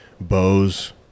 Bose